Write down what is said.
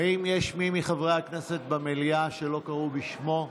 האם יש מי מחברי הכנסת במליאה שלא קראו בשמו?